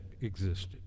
existed